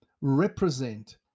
represent